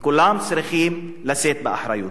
כולם צריכים לשאת באחריות.